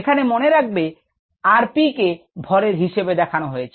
এখানে মনে রাখবে rP কে ভরের হিসেবে দেখা হয়েছে